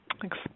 Thanks